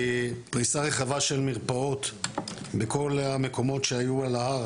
פריסה רחבה של מרפאות בכל המקומות שהיו על ההר.